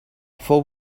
fou